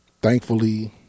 Thankfully